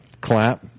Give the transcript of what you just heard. clap